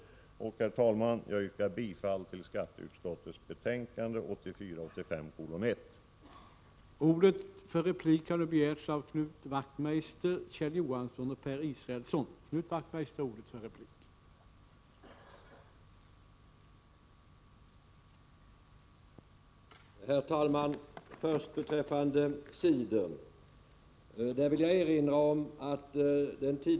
Herr talman! Jag yrkar bifall till skatteutskottets hemställan i betänkande 1984/85:1.